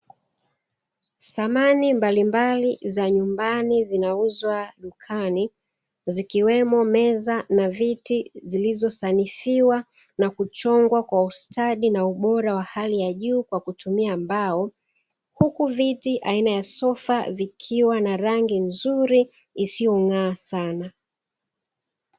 Samani mbalimbali za nyumbani zinauzwa dukani, zikiwemo meza na viti zilizosanifiwa na kuchongwa kwa ustadi na ubora wa hali ya juu kwa kutumia mbao, huku viti aina ya sofa vikiwa na rangi nzuri isiong’aa sana.